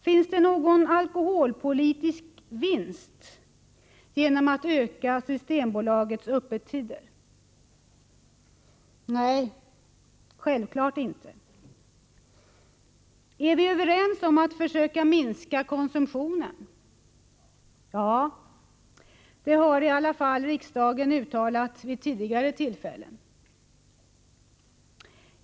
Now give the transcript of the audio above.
Gör man någon alkoholpolitisk vinst genom att förlänga Systembolagets öppettider? Nej, självfallet inte. Är vi överens om att försöka minska konsumtionen? Ja, det har i alla fall riksdagen uttalat vid tidigare tillfällen.